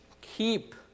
keep